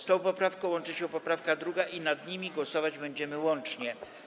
Z tą poprawką łączy się poprawka 2. i nad nimi głosować będziemy łącznie.